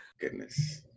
Goodness